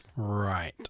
Right